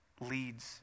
leads